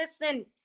listen